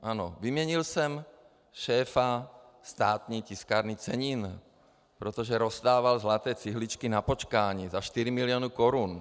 Ano, vyměnil jsem šéfa Státní tiskárny cenin, protože rozdával zlaté cihličky na počkání za 4 mil. korun.